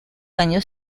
años